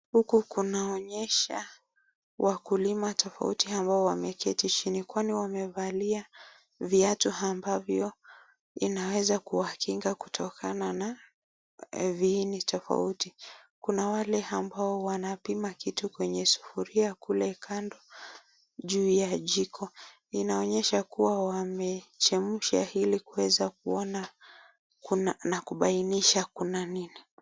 Huku kunaonyesha wakulima tofauti ambao wameketi chini kwani wamevalia viatu ambavyo inaweza kuwakinga kutokana na viini tofauti. Kuna wale ambao wanapima kitu kwenye sufuria kule kando juu ya jiko. Inaonyesha kuwa wamechemsha hili kuweza kuona na kubainisha kuna nini.